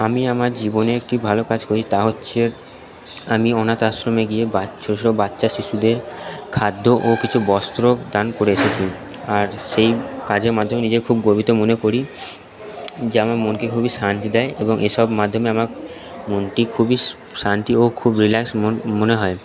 আমি আমার জীবনে একটি ভালো কাজ করি তা হচ্ছে আমি অনাথ আশ্রমে গিয়ে বাচ্চা শিশুদের খাদ্য ও কিছু বস্ত্র দান করে এসেছি আর সেই কাজের মাধ্যমে নিজে খুব গর্বিত মনে করি যা আমার মনকে খুবই শান্তি দেয় এবং এ সব মাধ্যমে আমার মনটি খুবই শান্তি ও খুব রিল্যাক্স মন মনে হয়